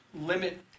limit